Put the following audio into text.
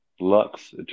Lux